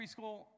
preschool